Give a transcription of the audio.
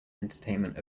entertainment